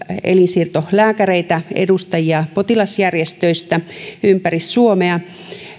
elinsiirtolääkäreitä edustajia potilasjärjestöistä ympäri suomea